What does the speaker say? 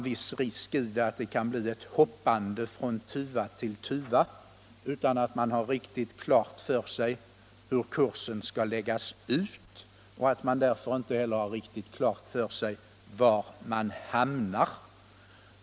Risken är bara att det kan bli ett hoppande från tuva till tuva utan att man har riktigt klart för sig hur kursen skall läggas ut och därför inte heller har riktigt klart för sig var man hamnar.